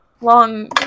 long